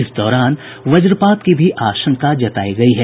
इस दौरान वज्रपात की आशंका भी जतायी गयी है